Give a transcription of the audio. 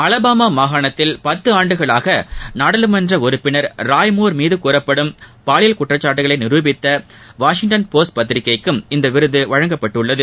Alabama மாகாணத்தில் பத்து ஆண்டுகளாக நாடாளுமன்ற உறுப்பினர் ராய் மூர் மீது கூறப்படும் பாலியல் குற்றச்சாட்டுகளை நிரூபித்த வாஷிங்டன் போஸ்ட் பத்திரிக்கைக்கும் இந்த விருது வழங்கப்பட்டுள்ளது